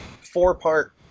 four-part